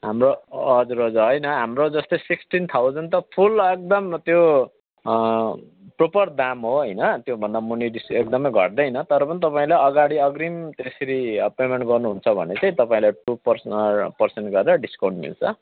हाम्रो हजुर हजुर होइन हाम्रो जस्तै सिक्सटिन थाउज्यान्ड त फुल एकदम त्यो प्रोपर दाम हो होइन त्योभन्दा मुनि डिस एकदमै घट्दैन तर पनि तपाईँले अगाडि अग्रिम त्यसरी पेमेन्ट गर्नुहुन्छ भने चाहिँ तपाईँलाई टु पर्सेन पर्सेन्ट गरेर डिसकाउन्ट मिल्छ